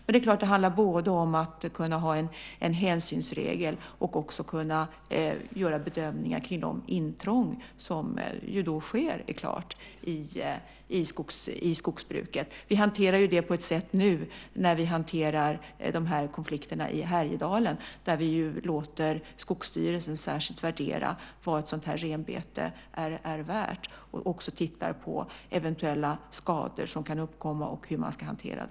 Det är klart att det handlar om både att kunna ha en hänsynsregel och att kunna göra bedömningar kring de intrång som ju helt klart sker i skogsbruket. Nu hanterar vi detta i samband med konflikterna i Härjedalen där vi låter Skogsstyrelsen särskilt värdera vad ett sådant renbete är värt och även se på de eventuella skador som kan uppkomma och hur dessa ska hanteras.